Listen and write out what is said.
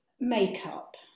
makeup